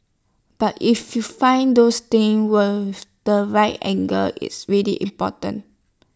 but if you find those things worth the right angle it's really important